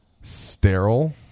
sterile